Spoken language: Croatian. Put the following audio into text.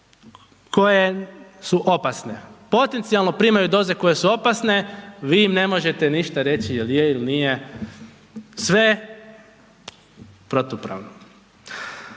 koje su opasne, potencijalno primaju doze koje su opasne, vi im ne možete ništa reći, je li je ili nije, sve protupravno.